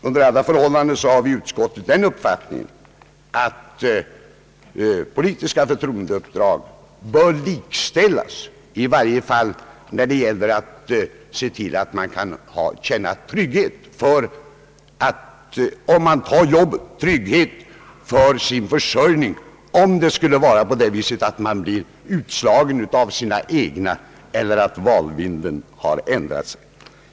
Under alla förhållanden har vi i utskottet den uppfattningen att politiska förtroendeuppdrag bör likställas, i varje fall när det gäller att se till att man kan känna trygghet för sin försörjning om man skulle bli utslagen av sina egna partikamrater eller om valvinden skulle ändras.